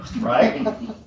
right